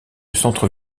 centre